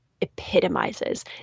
epitomizes